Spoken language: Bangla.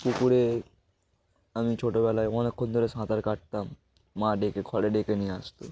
পুকুরে আমি ছোটোবেলায় অনেকক্ষণ ধরে সাঁতার কাটতাম মা ডেকে ঘরে ডেকে নিয়ে আসতো